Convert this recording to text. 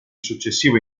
successivo